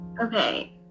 Okay